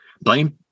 blame